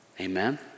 Amen